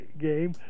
game